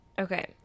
okay